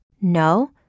No